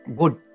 good